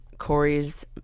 Corey's